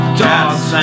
dogs